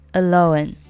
alone